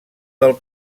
del